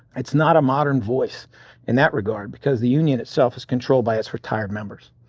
it's not a modern voice in that regard because the union itself is controlled by its retired members.